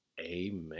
Amen